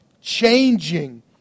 changing